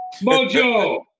Mojo